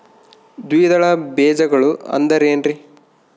ದ್ವಿದಳ ಬೇಜಗಳು ಅಂದರೇನ್ರಿ?